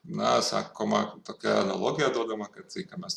na sakoma tokia analogija duodama kad tai ką mes